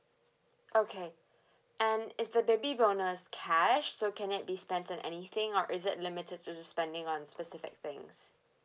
okay and is the baby bonus cash so can it be spent on anything or is it limited to spending on specific things